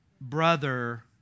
Brother